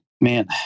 Man